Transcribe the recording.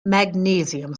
magnesium